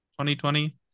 2020